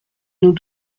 nous